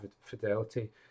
fidelity